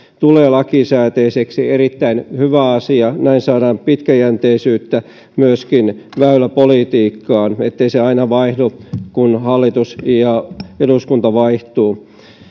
tulee lakisääteiseksi erittäin hyvä asia näin saadaan pitkäjänteisyyttä myöskin väyläpolitiikkaan niin ettei se aina vaihdu kun hallitus ja eduskunta vaihtuvat